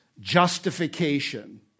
justification